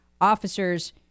officers